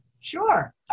Sure